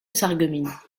sarreguemines